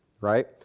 right